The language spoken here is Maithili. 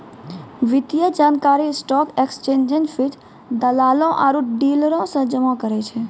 वित्तीय जानकारी स्टॉक एक्सचेंज फीड, दलालो आरु डीलरो से जमा करै छै